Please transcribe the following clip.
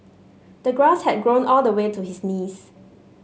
the grass had grown all the way to his knees